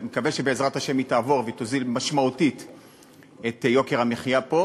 אני מקווה שבעזרת השם היא תעבור והיא תוריד משמעותית את יוקר המחיה פה,